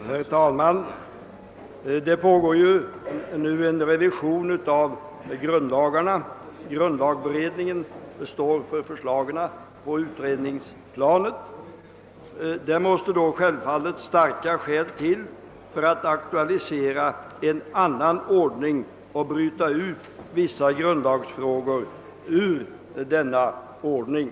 Herr talman! Det pågår ju för närvarande en revision av grundlagarna genom grundlagberedningen, som står för förslagen på utredningsplanet. Det måste självfallet föreligga starka skäl för att man skall kunna aktualisera en annan ordning och bryta ut vissa grundlagsfrågor ur det pågående revisionsarbetet.